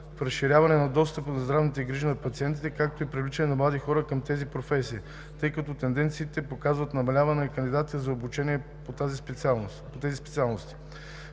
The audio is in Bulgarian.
разширяване на достъпа до здравни грижи на пациентите, както и привличане на млади хора към тези професии, тъй като тенденциите показват намаляване на кандидатите за обучение по тези специалности.